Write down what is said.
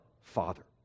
Father